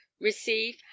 receive